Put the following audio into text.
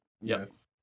Yes